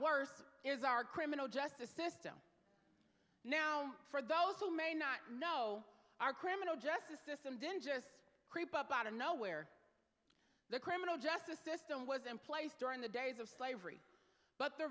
worse is our criminal justice system now for those who may not know our criminal justice system didn't just creep up out of nowhere the criminal justice system was in place during the days of slavery but the